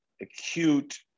acute